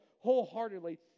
wholeheartedly